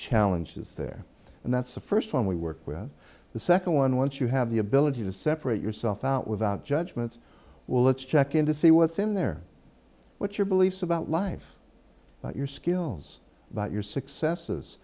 challenges there and that's the first one we work with the second one once you have the ability to separate yourself out without judgements well let's check in to see what's in there what your beliefs about life about your skills about your successes